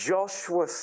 Joshua